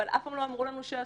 אבל אף פעם לא אמרו לנו שאסור,